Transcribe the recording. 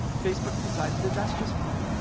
facebook's decided that that's just fine.